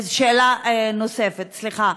אז שאלה נוספת, סליחה.